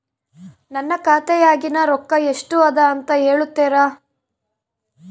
ನನ್ನ ಖಾತೆಯಾಗಿನ ರೊಕ್ಕ ಎಷ್ಟು ಅದಾ ಅಂತಾ ಹೇಳುತ್ತೇರಾ?